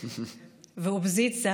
ואופוזיציה,